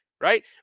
right